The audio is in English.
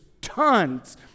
tons